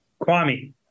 Kwame